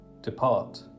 depart